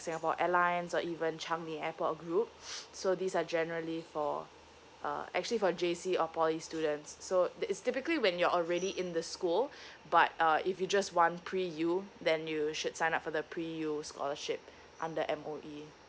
singapore airlines or even changi airport group so these are generally for uh actually for J_C or poly students so the it's typically when you're already in the school but uh if you just want pre U then you should sign up for the pre U scholarship under M_O_E